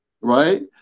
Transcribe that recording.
right